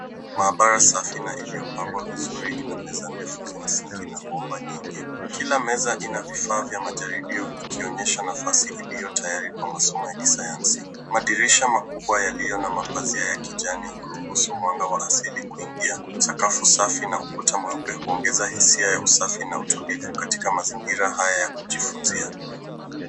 Maabara safi na iliyopangwa vizuri ina meza ndefu zenye sinki na bomba nyingi. Kila meza ina vifaa vya majaribio ikionyesha nafasi iliyotayari kwa masomo ya kisayanasi. Madirisha makubwa yaliyo na mapazia ya kijani kuruhusu mwanga wa asili kuingia. Sakafu safi na ukuta mweupe unaongeza hisia na utulivu katika mazingira haya ya kujifunzia.